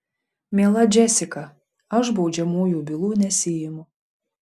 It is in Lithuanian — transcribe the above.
miela džesika aš baudžiamųjų bylų nesiimu